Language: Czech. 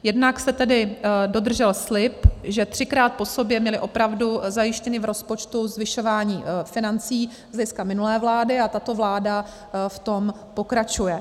Jednak se tedy dodržel slib, že třikrát po sobě měli opravdu zajištěno v rozpočtu zvyšování financí z hlediska minulé vlády, a tato vláda v tom pokračuje.